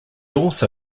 also